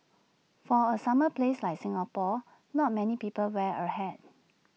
for A summer place like Singapore not many people wear A hat